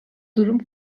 durum